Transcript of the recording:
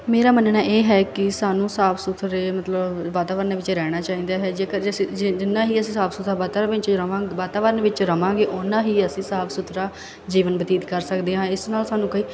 ਮੇਰਾ ਮੰਨਣਾ ਇਹ ਹੈ ਕਿ ਸਾਨੂੰ ਸਾਫ਼ ਸੁਥਰੇ ਮਤਲਬ ਵਾਤਾਵਰਨ ਵਿੱਚ ਰਹਿਣਾ ਚਾਹੀਦਾ ਹੈ ਜੇਕਰ ਜਿੰਨਾ ਹੀ ਅਸੀਂ ਸਾਫ਼ ਸੁਥਰਾ ਵਾਤਾਵਰਨ ਵਿੱਚ ਰਮਾ ਵਾਤਾਵਰਨ ਵਿੱਚ ਰਹਾਂਗੇ ਉੰਨਾ ਹੀ ਅਸੀਂ ਸਾਫ਼ ਸੁਥਰਾ ਜੀਵਨ ਬਤੀਤ ਕਰ ਸਕਦੇ ਹਾਂ ਇਸ ਨਾਲ ਸਾਨੂੰ ਕਈ